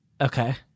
okay